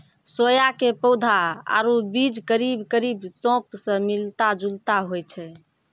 सोया के पौधा आरो बीज करीब करीब सौंफ स मिलता जुलता होय छै